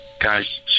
guy's